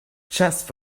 chest